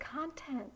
content